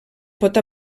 pot